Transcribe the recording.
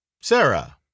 Sarah